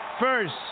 first